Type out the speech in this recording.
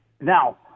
Now